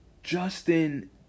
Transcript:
Justin